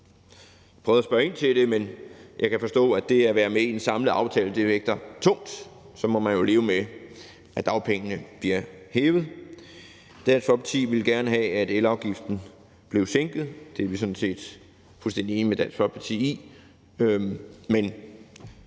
Radikale Venstre ind til det, men jeg kan forstå, at det at være med i en samlet aftale vægter tungt – så må man jo leve med, at dagpengene bliver hævet. Dansk Folkeparti ville gerne have, at elafgiften blev sænket. Det er vi sådan set fuldstændig enige med Dansk Folkeparti i,